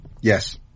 Yes